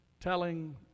telling